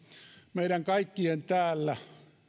meidän kaikkien täällä